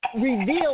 reveal